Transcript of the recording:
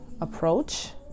approach